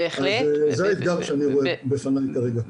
זה האתגר שאני רואה בפניי כרגע.